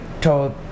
told